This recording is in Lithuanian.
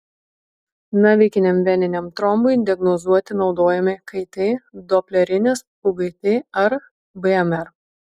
navikiniam veniniam trombui diagnozuoti naudojami kt doplerinis ugt ar bmr